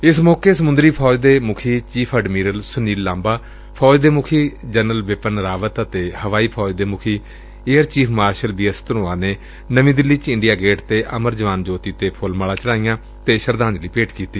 ਏਸ ਮੌਕੇ ਸਮੰਦਰੀ ਫੌਜ ਦੇ ਮੁੱਖੀ ਚੀਫ਼ ਅਡਮੀਰਲ ਸੁਨੀਲ ਲਾਂਬਾ ਫੌਜ ਦੇ ਮੁਖੀ ਜਨਰਲ ਬਿਪਨ ਰਾਵਤ ਅਤੇ ਹਵਾਈ ਫੌਜ ਦੇ ਮੁਖੀ air chief marshal B S Dhanoa ਨੇ ਨਵੀਂ ਦਿੱਲੀ ਚ ਇੰਡੀਆ ਗੇਟ ਤੇ ਅਮਰ ਜਵਾਨ ਜਯੋਤੀ ਤੇ ਫੁੱਲ ਮਾਲਾ ਚੜਾਈਆਂ ਅਤੇ ਸ਼ਰਧਾਂਜਲੀ ਭੇਟ ਕੀਤੀ